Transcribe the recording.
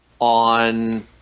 on